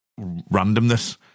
randomness